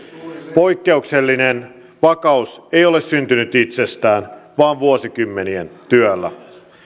poikkeuksellinen vakaus ei ole syntynyt itsestään vaan vuosikymmenien työllä